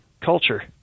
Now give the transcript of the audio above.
culture